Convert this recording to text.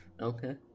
Okay